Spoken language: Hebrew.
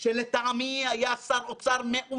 שנתן לאורך כל הדרך